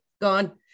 gone